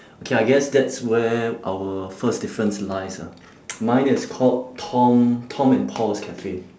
okay I guess that's where our first difference lies ah mine is called tom tom and paul's cafe